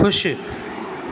ख़ुशि